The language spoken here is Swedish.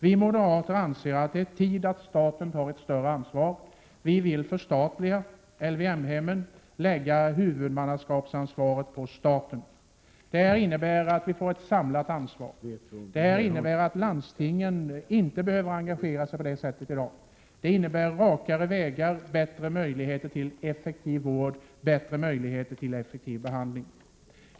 Vi moderater anser att det är tid att staten tar ett större ansvar. Vi vill förstatliga LYM-hemmen och lägga huvudmannaskapet på staten. Det innebär att vi får ett samlat ansvar. Det innebär också att landstingen inte behöver engagera sig så som de gör i dag. Det innebär rakare vägar, bättre möjligheter till effektiv vård och behandling.